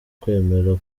kwemera